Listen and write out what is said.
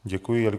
Děkuji.